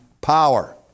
power